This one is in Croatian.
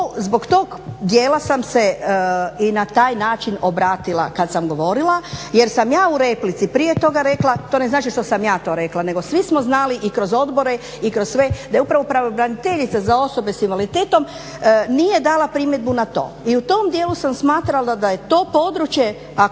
zbog tog dijela sam se i na taj način obratila kad sam govorila jer sam ja u replici prije toga rekla, to ne znači što sam ja to rekla, nego svi smo znali i kroz odbore i kroz sve da je upravo pravobraniteljica za osobe s invaliditetom nije dala primjedbu na to. I u tom dijelu sam smatrala da je to područje, ako